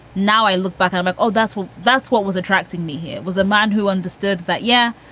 now i look back, i'm like, oh, that's well, that's what was attracting me here was a man who understood that. yeah.